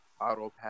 Autopath